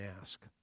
ask